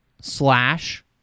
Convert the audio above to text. slash